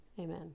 amen